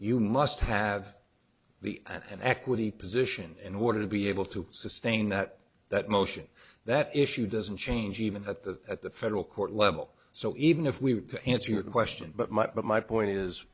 you must have the an equity position in order to be able to sustain that that motion that issue doesn't change even at the at the federal court level so even if we were to answer your question but might but my point is